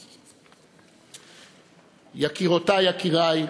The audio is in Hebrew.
יקירותי, יקירי,